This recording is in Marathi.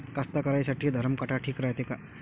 कास्तकाराइसाठी धरम काटा ठीक रायते का?